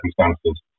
circumstances